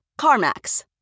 CarMax